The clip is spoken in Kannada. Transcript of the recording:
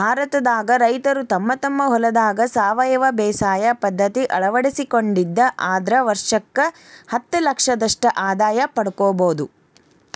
ಭಾರತದಾಗ ರೈತರು ತಮ್ಮ ತಮ್ಮ ಹೊಲದಾಗ ಸಾವಯವ ಬೇಸಾಯ ಪದ್ಧತಿ ಅಳವಡಿಸಿಕೊಂಡಿದ್ದ ಆದ್ರ ವರ್ಷಕ್ಕ ಹತ್ತಲಕ್ಷದಷ್ಟ ಆದಾಯ ಪಡ್ಕೋಬೋದು